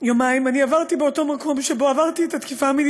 יומיים עברתי באותו מקום שבו עברתי את התקיפה המינית,